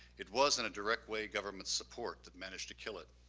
it was in a direct way, government support that managed to kill it.